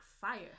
fire